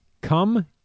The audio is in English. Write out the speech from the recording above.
Come